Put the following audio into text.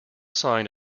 sine